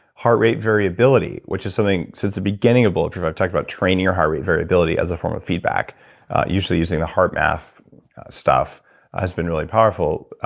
heart rate variability, which is something since the beginning of bulletproof, i've talked about training your heart rate variability as a form of feedback usually using a heart math stuff has been really powerful,